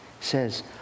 says